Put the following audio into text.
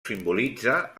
simbolitza